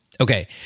Okay